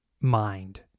mind